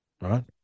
Right